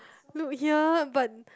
not here but